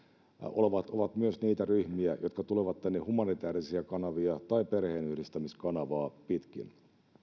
ovat ovat myös niitä ryhmiä jotka tulevat tänne humanitäärisiä kanavia tai perheenyhdistämiskanavaa pitkin